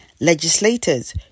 Legislators